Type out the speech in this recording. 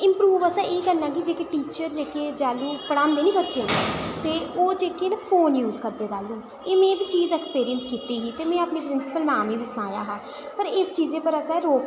ते इम्प्रूव असें एह् करना के जेह्के टीचर जेह्के जैह्ल्लूं पढ़ांदे निं बच्चें ई ते ओह् जेह्के न फोन यूज करदे तैह्ल्लूं एह् में इक चीज ऐक्सपिरियंस कीती ही ते में अपनी प्रिंसिपल मैम ई बी सनाया हा पर इस चीजै पर असें रोक